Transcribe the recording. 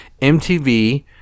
MTV